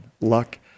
luck